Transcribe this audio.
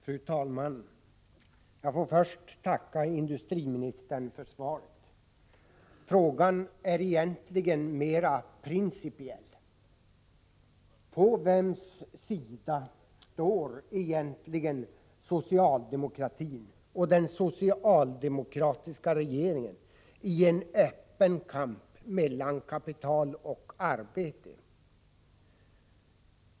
Fru talman! Jag får först tacka industriministern för svaret. Frågan är egentligen principiell: På vems sida står socialdemokratin och den socialdemokratiska regeringen i en öppen kamp mellan kapital och arbete?